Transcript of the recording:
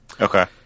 Okay